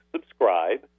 subscribe